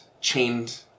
chained